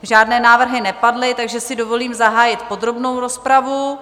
Žádné návrhy nepadly, takže si dovolím zahájit podrobnou rozpravu.